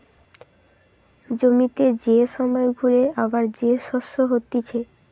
জমিতে যে সময় ঘুরে আবার যে শস্য হতিছে